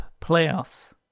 playoffs